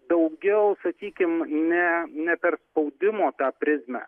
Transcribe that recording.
daugiau sakykim ne ne per spaudimo tą prizmę